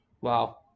Wow